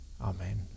Amen